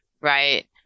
Right